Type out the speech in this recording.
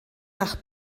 nach